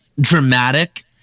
dramatic